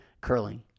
curling